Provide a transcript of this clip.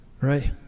right